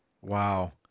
Wow